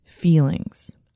Feelings